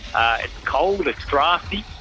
ah cold, it's draughty,